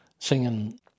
singing